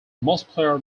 multiplayer